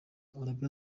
arabie